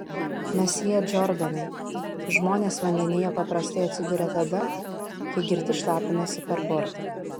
mesjė džordanai žmonės vandenyje paprastai atsiduria tada kai girti šlapinasi per bortą